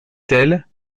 tel